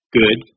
good